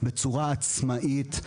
בצורה עצמאית,